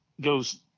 goes